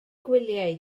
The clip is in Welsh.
gwyliau